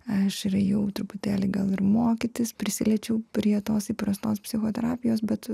aš ir ėjau truputėlį gal ir mokytis prisiliečiau prie tos įprastos psichoterapijos bet